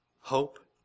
hope